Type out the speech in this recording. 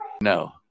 No